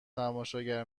تماشاگر